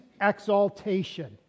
exaltation